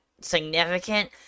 significant